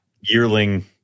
yearling